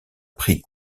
pris